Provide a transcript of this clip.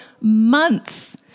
months